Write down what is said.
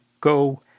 go